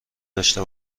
داشته